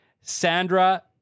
Sandra